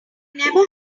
never